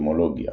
אטימולוגיה